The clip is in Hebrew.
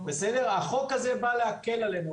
החוק הזה בא להקל עלינו.